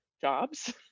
jobs